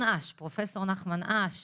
אש,